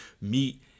meet